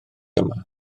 yma